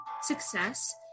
success